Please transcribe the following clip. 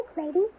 lady